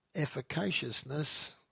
efficaciousness